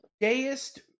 gayest